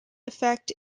effect